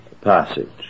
passage